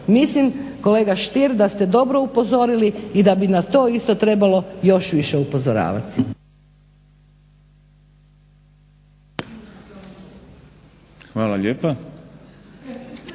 Mislim kolega Stier da ste dobro upozorili i da bi na to isto trebalo još više upozoravati.